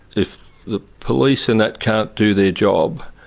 if the police and that can't do their job,